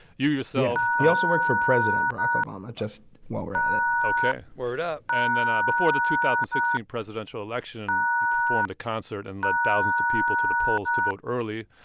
you, yourself. he also worked for president barack obama, just while we're at it ok word up and then ah before the two thousand and sixteen presidential election, you performed a concert and let thousands of people to the polls to vote early.